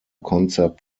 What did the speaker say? concept